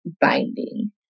binding